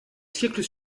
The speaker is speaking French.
siècle